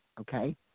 okay